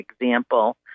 example